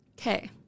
Okay